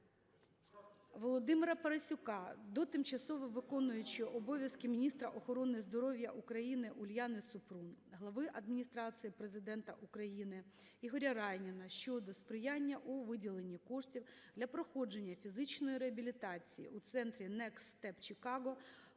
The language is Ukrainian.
Володимира Парасюка до тимчасово виконуючої обов'язки міністра охорони здоров'я України Уляни Супрун, Глави Адміністрації Президента України Ігоря Райніна щодо сприяння у виділенні коштів для проходження фізичної реабілітації у центрі Next Step